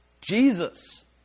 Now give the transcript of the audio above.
Jesus